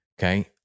okay